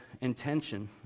intention